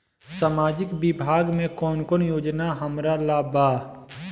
सामाजिक विभाग मे कौन कौन योजना हमरा ला बा?